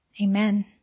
Amen